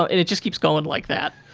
and it just keeps going like that.